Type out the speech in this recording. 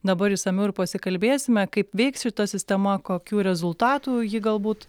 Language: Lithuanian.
dabar išsamiau ir pasikalbėsime kaip veiks šita sistema kokių rezultatų ji galbūt